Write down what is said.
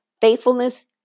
faithfulness